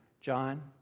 John